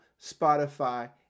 Spotify